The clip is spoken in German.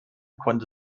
konnte